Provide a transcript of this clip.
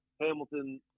Hamilton